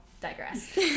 digress